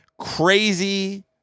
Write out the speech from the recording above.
crazy